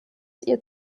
ihr